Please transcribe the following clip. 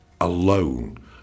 alone